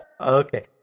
Okay